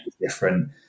different